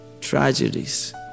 tragedies